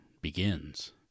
begins